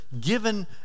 given